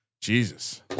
Jesus